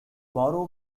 borrow